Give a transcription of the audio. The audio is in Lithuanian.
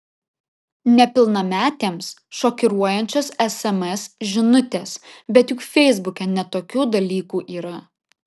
nepilnametėms šokiruojančios sms žinutės bet juk feisbuke ne tokių dalykų yra